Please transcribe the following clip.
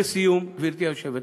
לסיום, גברתי היושבת-ראש,